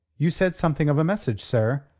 you said something of a message, sir,